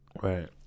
Right